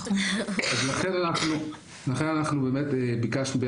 לכן אנחנו באמת ביקשנו,